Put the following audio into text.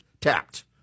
tapped